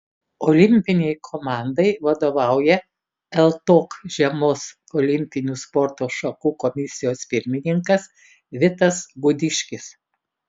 olimpinei komandai vadovauja ltok žiemos olimpinių sporto šakų komisijos pirmininkas vitas gudiškis